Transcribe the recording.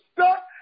stuck